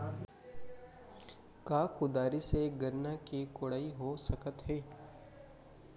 का कुदारी से गन्ना के कोड़ाई हो सकत हे?